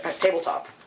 Tabletop